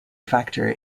factor